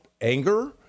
anger